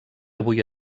avui